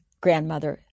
grandmother